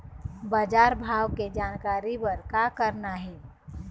बजार भाव के जानकारी बर का करना हे?